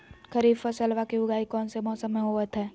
खरीफ फसलवा के उगाई कौन से मौसमा मे होवय है?